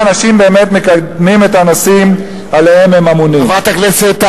אנשים באמת מקדמים את הנושאים שעליהם הם אמונים.